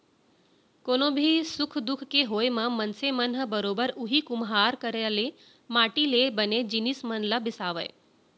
कोनो भी सुख दुख के होय म मनसे मन ह बरोबर उही कुम्हार करा ले ही माटी ले बने जिनिस मन ल बिसावय